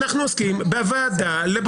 אנחנו עוסקים בוועדה לבחירת שופטים.